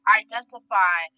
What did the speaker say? identify